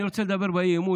אני רוצה לדבר באי-אמון,